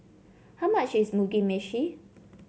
how much is Mugi Meshi